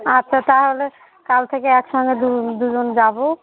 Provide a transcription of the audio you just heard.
আচ্ছা তাহলে কাল থেকে একসঙ্গে দু দুজন যাবো